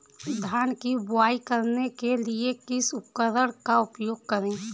धान की बुवाई करने के लिए किस उपकरण का उपयोग करें?